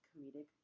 comedic